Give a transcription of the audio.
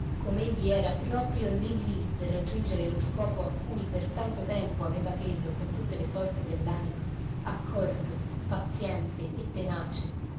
sempre com'egli era proprio lì lì per raggiunger lo scopo a cui per tanto tempo aveva teso con tutte le forze dell'anima accorto paziente e tenace